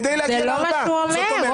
זה לא מה שהוא אומר.